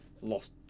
lost